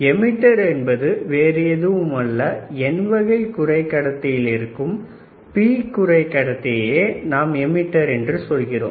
emitter என்பது வேறு எதுவும் அல்ல N வகை குறை கடத்தியில் இருக்கும் P குறைக்கடத்தியையே நாம் எமிட்டர் என்று சொல்கிறோம்